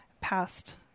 past